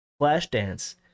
Flashdance